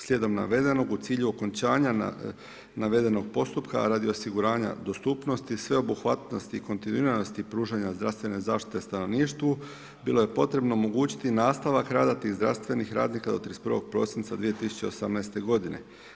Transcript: Slijedom navedenog u cilju okončanja navedenog postupka, a radi osiguranja dostupnosti, sveobuhvatnosti i kontinuiranosti pružanja zdravstvene zaštite stanovništvu bilo je potrebno omogućiti nastavak rada tih zdravstvenih radnika do 31. prosinca 2018. godine.